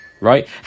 right